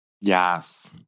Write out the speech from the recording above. Yes